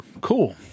cool